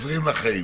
חוזרים לחיים.